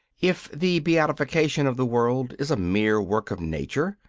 if the beatification of the world is a mere work of nature,